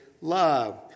love